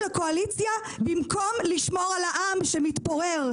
הקואליציה במקום לשמור על העם שמתפורר,